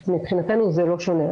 אז מבחינתנו זה לא שונה.